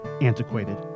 antiquated